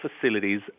facilities